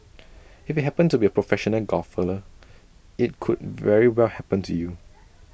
if IT happened to A professional golfer IT could very well happen to you